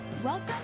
Welcome